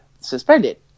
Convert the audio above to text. suspended